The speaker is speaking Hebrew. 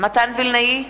מתן וילנאי,